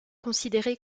considéré